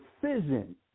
precision